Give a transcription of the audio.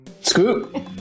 Scoop